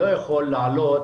לא יכול לעלות